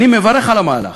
אני מברך על המהלך.